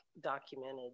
documented